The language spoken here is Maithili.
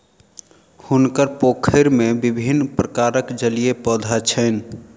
हुनकर पोखैर में विभिन्न प्रकारक जलीय पौधा छैन